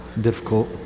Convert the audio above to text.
difficult